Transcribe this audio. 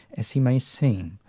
as he may seem,